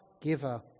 giver